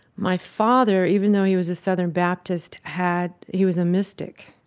my father, even though he was a southern baptist, had he was a mystic.